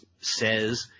says